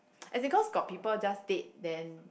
and because got people just date then